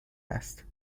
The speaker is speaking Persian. است